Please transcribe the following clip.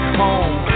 home